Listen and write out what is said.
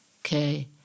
Okay